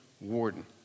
warden